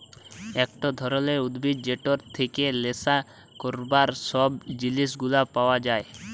একট ধরলের উদ্ভিদ যেটর থেক্যে লেসা ক্যরবার সব জিলিস গুলা পাওয়া যায়